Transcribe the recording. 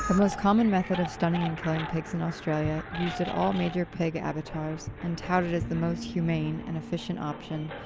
most common method of stunning and killing pigs in australia, used at all major pig abattoirs and touted as the most humane and efficient option,